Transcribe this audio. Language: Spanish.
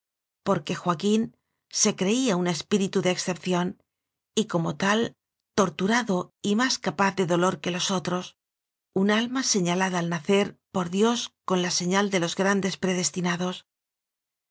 porque joaquín se creía un espí ritu de excepción y como tal torturado y más capaz de dolor que los otros un alma señalada al nacer por dios con la señal de los grandes predestinados